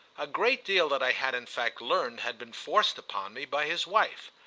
a great deal that i had in fact learned had been forced upon me by his wife.